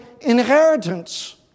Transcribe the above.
inheritance